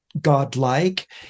godlike